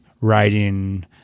writing